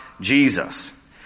Jesus